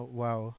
wow